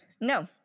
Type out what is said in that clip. No